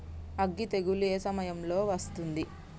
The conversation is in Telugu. అగ్గి తెగులు ఏ సమయం లో వస్తుంది?